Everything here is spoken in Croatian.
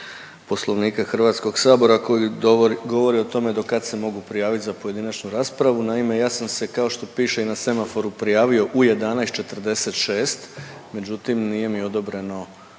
Poslovnika HS-a koji govori o tome do kad se mogu prijavit za pojedinačnu raspravu. Naime, ja sam se kao što piše i na semaforu prijavio u 11,46, međutim nije mi odobreno